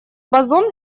бозон